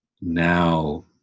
now